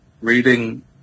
reading